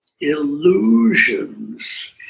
Illusions